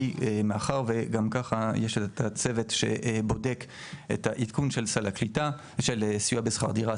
היא מאחר ויש את הצוות שבודק את העדכון של סיוע בשכר דירה,